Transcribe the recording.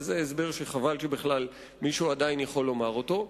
זה הסבר שחבל שבכלל מישהו עדיין יכול לומר אותו.